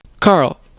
Carl